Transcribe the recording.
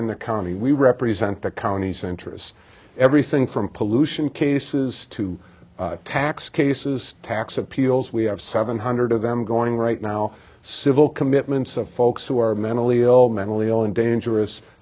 in the county we represent the counties interests everything from pollution cases to tax cases tax appeals we have seven hundred of them going right now civil commitments of folks who are mentally ill mentally ill and dangerous